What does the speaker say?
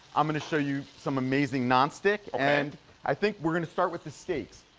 i'm going to show you some amazing nonstick and i think we're going to start with the steaks.